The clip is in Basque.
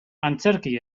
antzerki